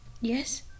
Yes